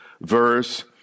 verse